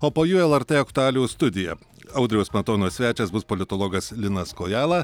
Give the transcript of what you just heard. o po jų lrt aktualijų studija audriaus matonio svečias bus politologas linas kojala